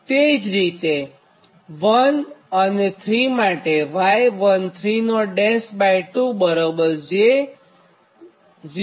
તે જ રીતે 2 અને 3 માટે y232 બરાબર j0